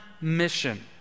mission